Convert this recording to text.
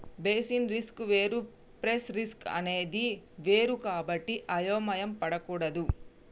basis risk వేరు price risk అనేది వేరు కాబట్టి అయోమయం పడకూడదు